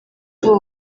abo